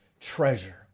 treasure